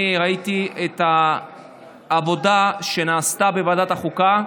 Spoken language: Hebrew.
אני ראיתי את העבודה שנעשתה בוועדת החוקה.